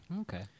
Okay